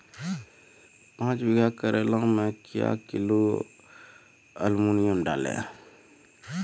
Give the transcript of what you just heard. पाँच बीघा करेला मे क्या किलोग्राम एलमुनियम डालें?